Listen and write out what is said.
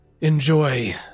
enjoy